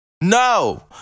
No